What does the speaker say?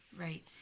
Right